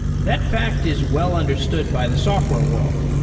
that fact is well-understood by the software world.